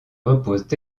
reposent